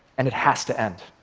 and it has to end.